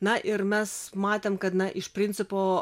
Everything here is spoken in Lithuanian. na ir mes matėm kad na iš principo